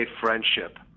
friendship